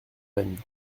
aisne